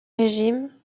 régime